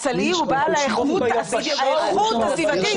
הסלעי הוא האיכות הסביבתית